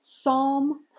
Psalm